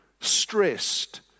stressed